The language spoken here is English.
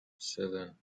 seven